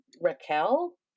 Raquel